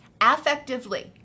affectively